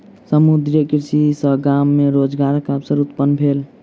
समुद्रीय कृषि सॅ गाम मे रोजगारक अवसर उत्पन्न भेल